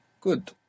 Good